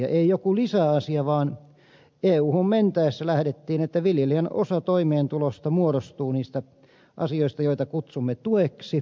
eivät ne ole joku lisäasia vaan euhun mentäessä lähdettiin siitä että osa viljelijän toimeentulosta muodostuu niistä asioista joita kutsumme tueksi